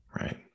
right